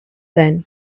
then